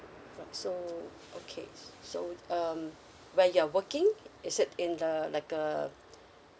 right so okay so um where you are working is it in the like uh